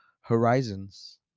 horizons